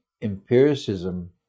empiricism